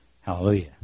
Hallelujah